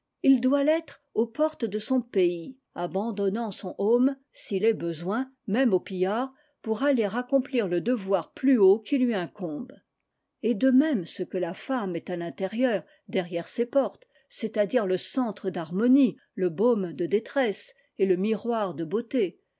ildbit l'être au i portes de son pays abandonnant son hom it est besoin même au pillard pour aller acco ipli le devoir plus haut qui lui incombe et de même ce que la femme et m'i tërieuï derrière ses portes c'est-à-dire le centre d'haltjoc g nie le baume de détresse et le miroir de beaui